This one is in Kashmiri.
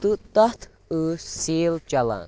تہٕ تَتھ ٲس سیل چَلان